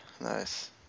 nice